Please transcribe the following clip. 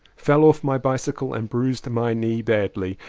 fell off my bicycle and bruised my knee badly.